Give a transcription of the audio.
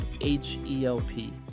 H-E-L-P